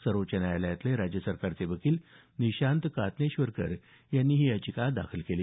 सर्वोच्च न्यायालयातले राज्य सरकारचे वकील निशांत कात्नेश्वरकर यांनी ही याचिका दाखल केली